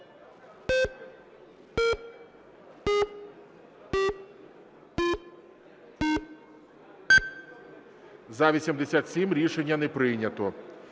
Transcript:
За-91 Рішення не прийнято.